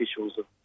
officials